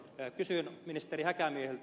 kysyn ministeri häkämieheltä